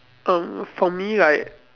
um for me like